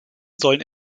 sollen